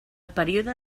període